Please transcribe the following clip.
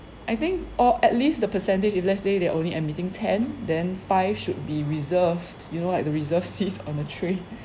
I think or at least the percentage if let's say they are only admitting ten then five should be reserved you know like the reserved seats on a train